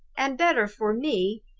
and better for me,